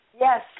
Yes